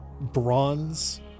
bronze